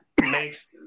makes